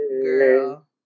girl